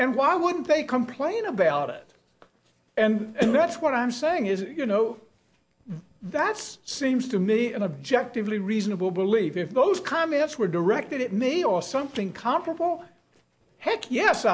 and why would they complain about it and that's what i'm saying is you know that's seems to me an objective lee reasonable belief if those comments were directed at me or something comparable heck yes